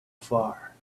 far